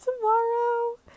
tomorrow